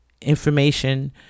information